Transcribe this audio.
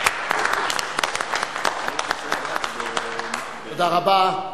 (מחיאות כפיים) תודה רבה.